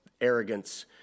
arrogance